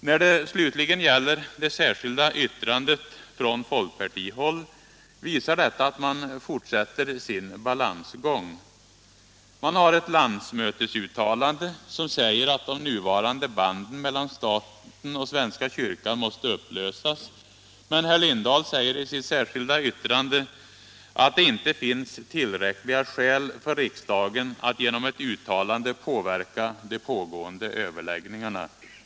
När det slutligen gäller det särskilda yttrandet från folkpartihåll, så visar detta att man fortsätter sin balansgång. Man har ett landsmötesuttalande som säger att de nuvarande banden mellan staten och svenska kyrkan måste upplösas, men herr Lindahl i Hamburgsund säger i sitt särskilda yttrande att det inte finns tillräckliga skäl för riksdagen att genom ett uttalande påverka de pågående överläggningarna.